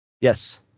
Yes